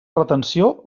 retenció